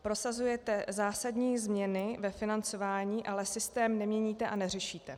Prosazujete zásadní změny ve financování, ale systém neměníte a neřešíte.